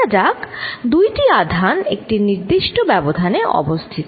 ধরা যাক দুইটি আধান একটি নির্দিষ্ট ব্যবধানে অবস্থিত